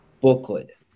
booklet